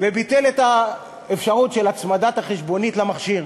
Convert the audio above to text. שביטל את האפשרות של הצמדת החשבונית למכשיר.